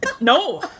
No